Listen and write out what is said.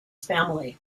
family